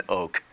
oak